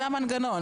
זה המנגנון,